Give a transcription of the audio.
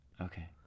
Okay